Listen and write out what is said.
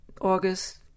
August